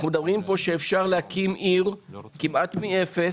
אנחנו מדברים על-כך שאפשר להקים עיר כמעט מאפס